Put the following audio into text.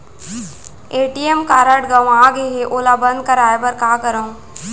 ATM card गंवा गे है ओला बंद कराये बर का करंव?